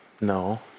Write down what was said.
no